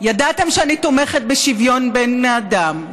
ידעתם שאני תומכת בשוויון בין בני אדם,